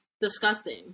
disgusting